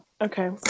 Okay